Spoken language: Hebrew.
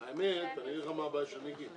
האמת, אני אגיד לך מה הבעיה של מיקי?